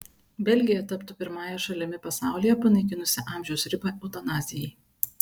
belgija taptų pirmąją šalimi pasaulyje panaikinusia amžiaus ribą eutanazijai